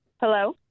Hello